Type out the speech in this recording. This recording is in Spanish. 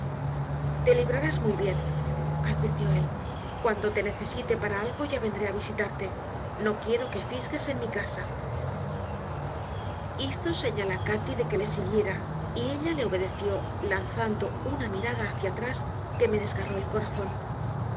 te librarás muy bien advirtió él cuando te necesite para algo ya vendré a visitarte no quiero que fisgues en mi casa hizo señal a cati de que le siguiera y ella le obedeció lanzando una mirada hacia atrás que me desgarró el corazón